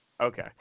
Okay